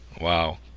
wow